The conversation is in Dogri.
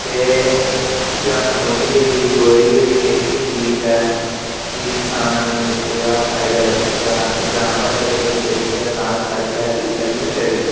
ते जां कंडोली होई गेई तोरी होई गेई किश बी चीज ऐ कि किसान गी एह्दा फायदा लब्भी सकदा ऐ अस ग्रांऽ म्हल्ले बिच्च बी बेचचै तां बी असेंगी साढ़ी ध्याड़ी लब्भी सकदी